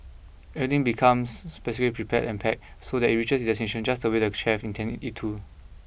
everything becomes specially prepared and packed so that it reaches its destination just the way the chefs intend it to